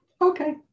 okay